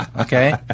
okay